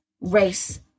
race